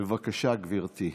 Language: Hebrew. בבקשה, גברתי.